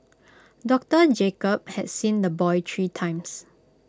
doctor Jacob had seen the boy three times